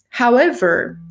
however,